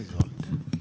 Izvolite.